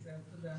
תודה.